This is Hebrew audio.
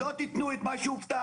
לא תיתנו את מה שהובטח